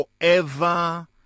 forever